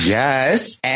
Yes